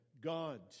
God